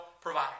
provide